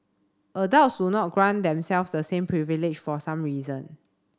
adults do not grant themselves the same privilege for some reason